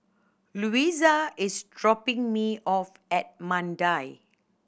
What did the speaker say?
Louisa is dropping me off at Mandai